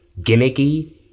gimmicky